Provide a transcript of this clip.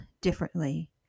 differently